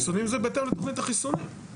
חיסונים, זה בהתאם לתוכנית החיסונים.